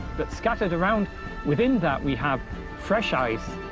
but scattered around within that we have fresh ice.